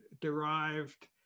derived